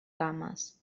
cames